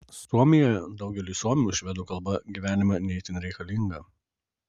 suomijoje daugeliui suomių švedų kalba gyvenime ne itin reikalinga